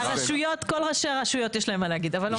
לימור סון הר מלך (עוצמה יהודית): נראה לי שלכל ראשי המועצות,